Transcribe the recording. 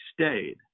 stayed